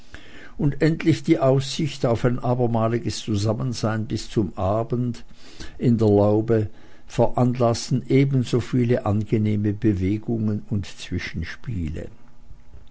und endlich die aussicht auf ein abermaliges zusammensein bis zum abend in der laube veranlaßten ebenso viele angenehme bewegungen und zwischenspiele